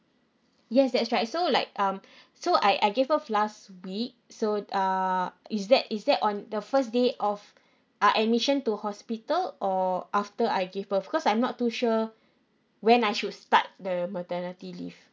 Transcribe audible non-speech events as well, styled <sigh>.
yes that's right so like um <breath> so I I gave birth last week so uh is that is that on the first day of ah admission to hospital or after I gave birth because I'm not too sure when I should start the maternity leave